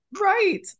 Right